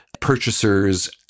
purchasers